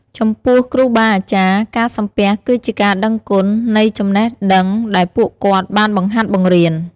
ចំពោះគ្រូបាអាចារ្យ ការសំពះគឺជាការដឹងគុណនៃចំណេះដឹងដែលពួកគាត់បានបង្ហាត់បង្រៀន។